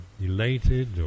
elated